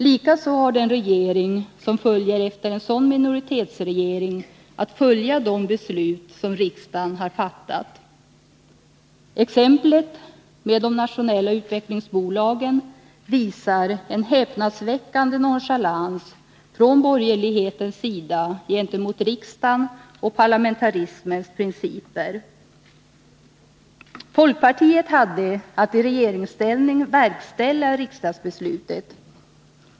Likaså har den regering som följer efter en sådan minoritetsregering att följa de beslut som riksdagen har fattat. Exemplet med de nationella utvecklingsbolagen visar en häpnadsväckande nonchalans från borgerlighetens sida gentemot riksdagen och parlamentarismens principer. Folkpartiet hade att i regeringsställning verkställa riksdagsbeslutet.